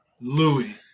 Louis